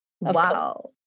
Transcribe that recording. Wow